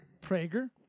Prager